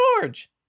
George